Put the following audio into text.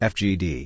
Fgd